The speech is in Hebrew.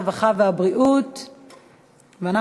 הרווחה והבריאות נתקבלה.